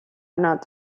not